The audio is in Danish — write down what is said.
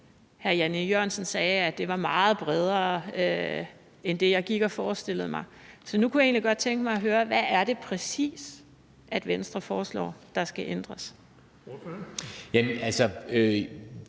hr. Jan E. Jørgensen sagde, at det var meget bredere end det, jeg gik og forestillede mig. Så nu kunne jeg egentlig godt tænke mig at høre: Hvad er det præcis, Venstre foreslår at der skal ændres?